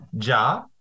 ja